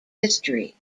history